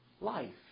Life